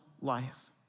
life